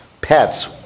pets